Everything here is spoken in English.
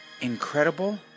incredible